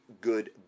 good